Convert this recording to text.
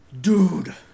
Dude